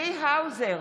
צבי האוזר,